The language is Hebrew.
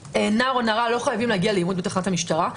נער או נערה לא חייבים להגיע לעימות בתחנת המשטרה,